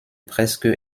presque